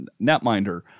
netminder